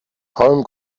home